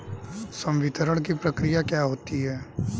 संवितरण की प्रक्रिया क्या होती है?